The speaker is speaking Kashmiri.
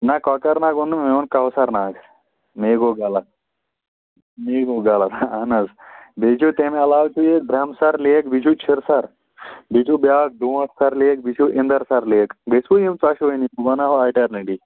نَہ کۄکر ناگ ووٚن نہٕ مےٚ ووٚن کوثر ناگ مے گوٚو غلط مے گوٚو غلط اَہن حظ بیٚیہِ چھُو تَمہِ علاوٕ تہِ ییٚتہِ برٛٮ۪مسَر لیک بیٚیہِ چھُو چھِرٕ سَر بیٚیہِ چھُو بیٛاکھ ڈونٛٹھ سر لیک بیٚیہِ چھُو اِندر سَر لیک گٔژھِوٕ یِم ژۄشؤنی بہٕ بَناوہو اَیٹَرنٔڈی